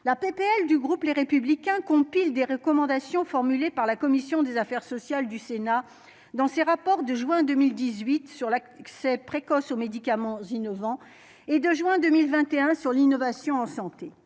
la PPL du groupe Les Républicains compile des recommandations formulées par la commission des affaires sociales du Sénat dans ce rapports de juin 2018 sur l'accès précoce aux médicaments innovants et de juin 2021 sur l'innovation en santé